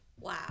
Wow